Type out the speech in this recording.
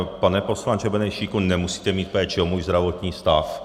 Pane poslanče Benešíku, nemusíte mít péči o můj zdravotní stav.